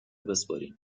بسپرین